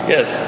Yes